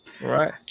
right